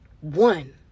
One